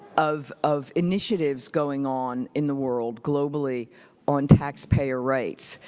of of initiatives going on in the world globally on taxpayer rights.